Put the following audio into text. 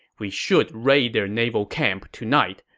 we should raid their naval camp tonight.